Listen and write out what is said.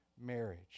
marriage